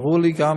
ברור לי גם